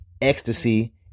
Ecstasy